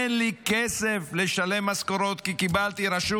אין לי כסף לשלם משכורות כי קיבלתי רשות